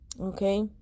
Okay